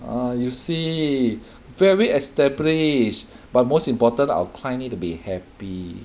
ah you see very established but most important our client need to be happy